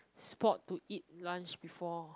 spot to eat lunch before